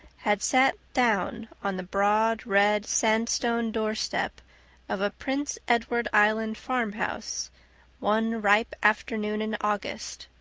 had sat down on the broad red sandstone doorstep of a prince edward island farmhouse one ripe afternoon in august,